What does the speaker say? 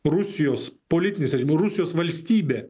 rusijos politinis rusijos valstybė